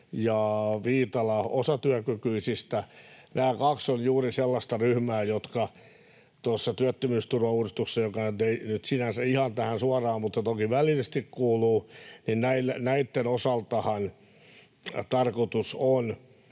ja Viitala osatyökykyisistä. Nämä kaksi ovat juuri sellaisia ryhmiä, joiden osalta tuossa työttömyysturvauudistuksessa, joka nyt ei sinänsä ihan tähän suoraan kuulu mutta toki välillisesti, tarkoitus on,